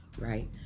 right